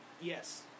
Yes